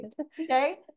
okay